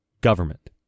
government